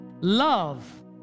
Love